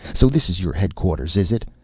so this is your headquarters, is it?